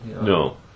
No